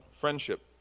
Friendship